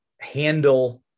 handle